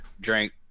drink